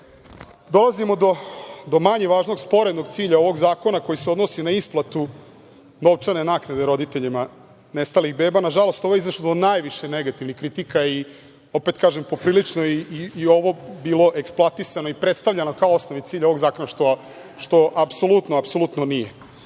zakon. Dolazimo do manje važnog, sporednog, cilja ovog zakona, koji se odnosi na isplatu novčane naknade roditeljima nestalih beba. Nažalost, ovde je izašlo najviše negativnih kritika i opet kažem, poprilično je i ovo bilo eksploatisano i predstavljano kao osnovni cilj ovog zakona, što apsolutno nije. Dakle,